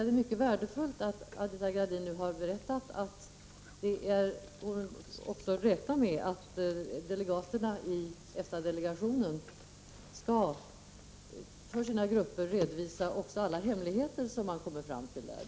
Det är värdefullt att statsrådet Gradin nu har berättat att delegaterna i EFTA-delegationen skall för sina grupper redovisa också alla hemligheter som de får kännedom om.